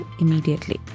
immediately